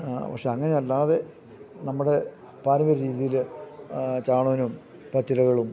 പക്ഷേ അങ്ങനെ അല്ലാതെ നമ്മുടെ പാരമ്പര്യ രീതിയിൽ ചാണനും പച്ചിലകളും